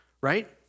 right